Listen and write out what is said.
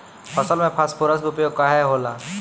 फसल में फास्फोरस के उपयोग काहे होला?